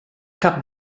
cap